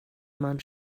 man